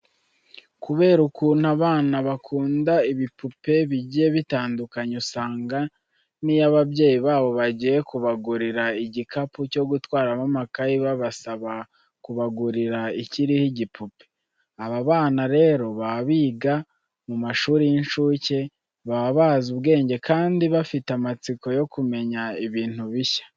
Kubera ukuntu abana bakunda ibipupe bigiye bitandukanye, usanga n'iyo ababyeyi babo bagiye kubagurira igikapu cyo gutwaramo amakayi babasaba kubagurira ikiriho igipupe. Aba bana rero baba biga mu mashuri y'incuke baba bazi ubwenge kandi bafite amatsiko yo kumenya ibintu bishya.